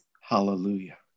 Hallelujah